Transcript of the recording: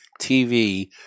TV